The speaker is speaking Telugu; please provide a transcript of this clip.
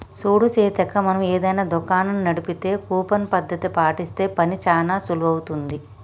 చూడు సీతక్క మనం ఏదైనా దుకాణం నడిపితే కూపన్ పద్ధతి పాటిస్తే పని చానా సులువవుతుంది